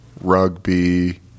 rugby